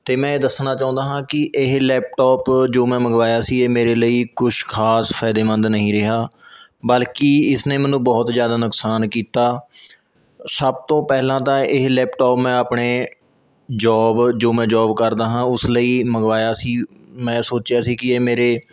ਅਤੇ ਮੈਂ ਇਹ ਦੱਸਣਾ ਚਾਹੁੰਦਾ ਹਾਂ ਕਿ ਇਹ ਲੈਪਟੋਪ ਜੋ ਮੈਂ ਮੰਗਵਾਇਆ ਸੀ ਇਹ ਮੇਰੇ ਲਈ ਕੁਛ ਖਾਸ ਫਾਇਦੇਮੰਦ ਨਹੀਂ ਰਿਹਾ ਬਲਕਿ ਇਸਨੇ ਮੈਨੂੰ ਬਹੁਤ ਜਿਆਦਾ ਨੁਕਸਾਨ ਕੀਤਾ ਸਭ ਤੋਂ ਪਹਿਲਾਂ ਤਾਂ ਇਹ ਲੈਪਟੋਪ ਮੈਂ ਆਪਣੇ ਜੋਬ ਜੋ ਮੈਂ ਜੋਬ ਕਰਦਾ ਹਾਂ ਉਸ ਲਈ ਮੰਗਵਾਇਆ ਸੀ ਮੈਂ ਸੋਚਿਆ ਸੀ ਕਿ ਇਹ ਮੇਰੇ